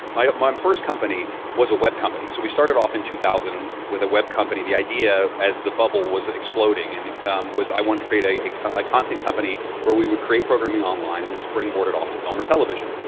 my my first company was a web company. so we started off in two thousand with a web company. the idea, as the bubble was exploding, and um was i wanted to create a a content company where we would create programming online and then springboard it off to film or television.